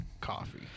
Coffee